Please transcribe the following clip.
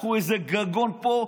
לקחו איזה גגון פה,